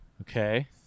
Okay